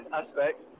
aspects